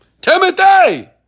Timothy